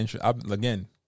again